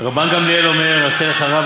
רבן גמליאל אומר: עשה לך רב,